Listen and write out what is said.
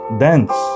dance